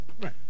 Right